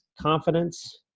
confidence